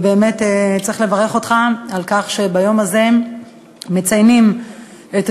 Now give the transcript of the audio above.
ובאמת צריך לברך אותך על כך שביום הזה מציינים את